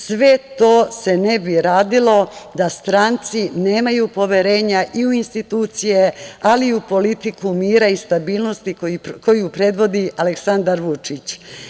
Sve to se ne bi radilo da stranci nemaju poverenja i u institucije, ali i u politiku mira i stabilnosti koju predvodi Aleksandar Vučić.